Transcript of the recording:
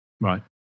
Right